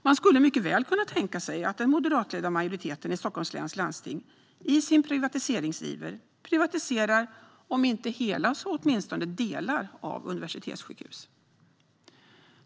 Man skulle mycket väl kunna tänka sig att den moderatledda majoriteten i Stockholms läns landsting i sin privatiseringsiver privatiserar om inte hela så åtminstone delar av universitetssjukhus.